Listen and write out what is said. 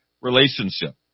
relationship